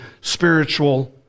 spiritual